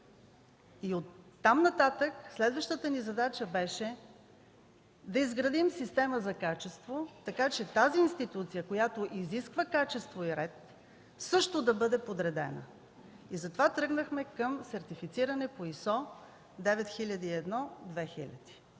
и от там нататък следващата ни задача беше да изградим система за качество, така че тази институция, която изисква качество и ред, също да бъде подредена. Затова тръгнахме към сертифициране по ISO 9001:2000.